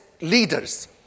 leaders